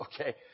okay